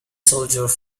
soldiers